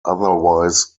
otherwise